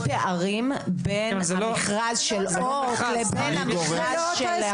אבל יש פערים בין המכרז של אורט לבין המכרז של האחרים?